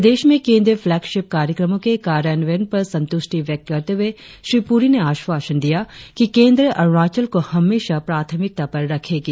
प्रदेश में केंद्रीय फ्लेक्शीफ कार्यक्रमों के कार्यान्वयन पर संतुष्टी व्यक्त करते हुए श्री पुरी ने आश्वासन दिया कि केंद्र अरुणाचल को हमेशा प्राथमिकता पर रखेगी